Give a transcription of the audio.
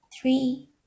three